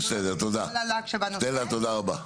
סטלה, תודה רבה.